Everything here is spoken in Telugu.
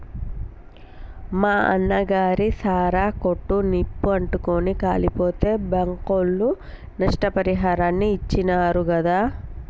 మా అన్నగాని సారా కొట్టు నిప్పు అంటుకుని కాలిపోతే బాంకోళ్లు నష్టపరిహారాన్ని ఇచ్చినారు గాదా